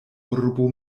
urbo